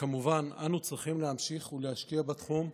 וכמובן שאנו צריכים להמשיך להשקיע בתחום,